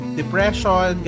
depression